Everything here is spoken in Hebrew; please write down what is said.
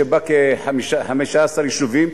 שבה כ-15 יישובים,